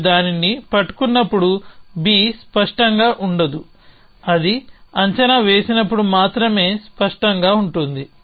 మీరు దానిని పట్టుకున్నప్పుడు B స్పష్టంగా ఉండదు అది అంచనా వేసినప్పుడు మాత్రమే స్పష్టంగా ఉంటుంది